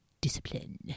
discipline